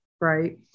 right